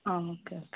ആ okay okay